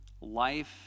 Life